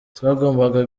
twagombaga